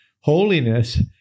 Holiness